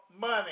money